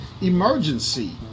emergency